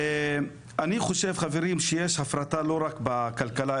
אני חושב חברים שיש הפרטה לא רק בכלכלה,